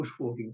Bushwalking